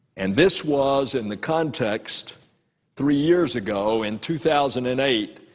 and this was in the context three years ago, in two thousand and eight,